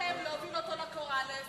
שהחלטתם להוביל אותו ל"קוראלס",